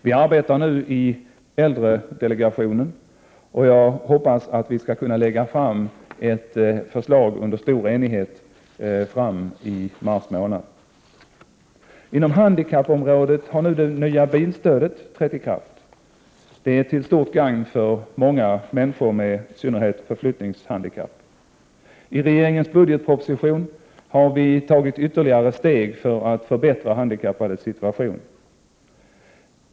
Vi arbetar nu i äldredelegationen med detta, och jag hoppas att vi skall kunna lägga fram ett förslag under stor enighet i mars månad. Inom handikappområdet har nu det nya bilstödet trätt i kraft. Det är till Prot. 1988/89:59 stort gagn för många människor med i synnerhet förflyttningshandikapp. I 1 februari 1989 regeringens budgetproposition har vi tagit ytterligare steg för att förbättra handikappades situation.